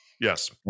Yes